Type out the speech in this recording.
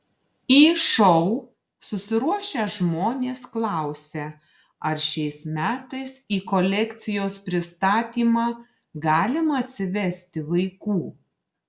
į šou susiruošę žmonės klausia ar šiais metais į kolekcijos pristatymą galima atsivesti vaikų